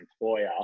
employer